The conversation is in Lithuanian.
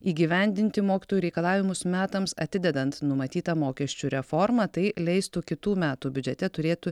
įgyvendinti mokytojų reikalavimus metams atidedant numatytą mokesčių reformą tai leistų kitų metų biudžete turėtų